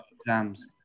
exams